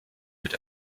wird